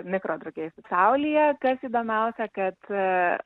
mikro drugiai pasaulyje kas įdomiausia kad